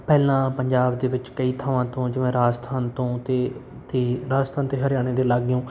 ਪਹਿਲਾਂ ਪੰਜਾਬ ਦੇ ਵਿੱਚ ਕਈ ਥਾਵਾਂ ਤੋਂ ਜਿਵੇਂ ਰਾਜਸਥਾਨ ਤੋਂ ਅਤੇ ਅਤੇ ਰਾਜਸਥਾਨ ਅਤੇ ਹਰਿਆਣੇ ਦੇ ਲਾਗਿਓ